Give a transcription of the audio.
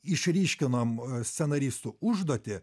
išryškinom a scenaristų užduotį